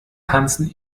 tanzen